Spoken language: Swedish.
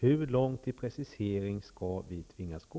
Hur långt i precisering skall vi tvingas gå?